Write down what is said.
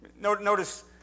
Notice